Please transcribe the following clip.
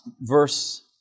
verse